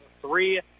three